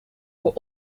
were